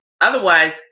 otherwise